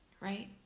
right